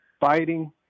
fighting